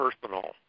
personal